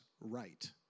right